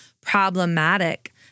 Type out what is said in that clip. problematic